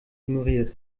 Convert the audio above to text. ignoriert